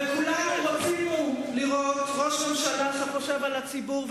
וכולנו רצינו לראות ראש ממשלה שחושב על הציבור,